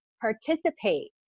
participate